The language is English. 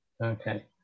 Okay